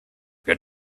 get